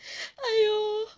!aiyo!